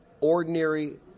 ordinary